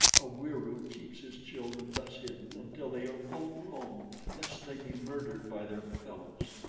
a wieroo keeps his children thus hidden until they are full-grown lest they be murdered by their fellows.